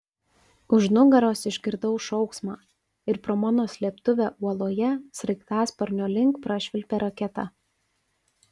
už nugaros išgirdau šauksmą ir pro mano slėptuvę uoloje sraigtasparnio link prašvilpė raketa